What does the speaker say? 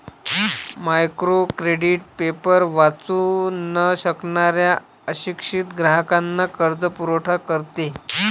micro credit paper वाचू न शकणाऱ्या अशिक्षित ग्राहकांना कर्जपुरवठा करते